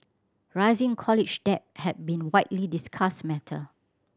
rising college debt have been widely discussed matter